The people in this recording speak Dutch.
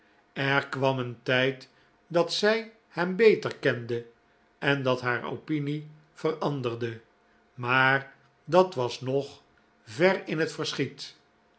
er kwam een tijd dat zij hem beter kende en dat haar opinie veranderde maar dat was nog ver in het verschiet